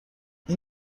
این